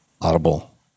Audible